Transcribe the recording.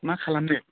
मा खालामदों